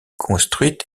construite